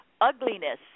Ugliness